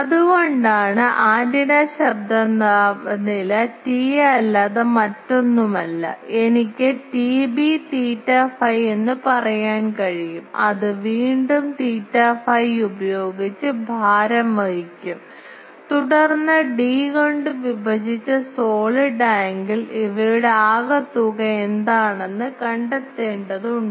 അതുകൊണ്ടാണ് ആന്റിന ശബ്ദ താപനില TA അല്ലാതെ മറ്റൊന്നുമല്ല എനിക്ക് TB തീറ്റ ഫൈ എന്ന് പറയാൻ കഴിയും അത് വീണ്ടും തീറ്റ ഫൈ ഉപയോഗിച്ച് ഭാരം വഹിക്കും തുടർന്ന് d കൊണ്ട് വിഭജിച്ച സോളിഡ് ആംഗിൾ ഇവയുടെ ആകെത്തുക എന്താണെന്ന് കണ്ടെത്തേണ്ടതുണ്ട്